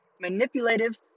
manipulative